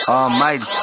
Almighty